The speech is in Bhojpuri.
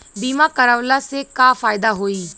बीमा करवला से का फायदा होयी?